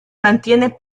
mantiene